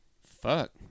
fuck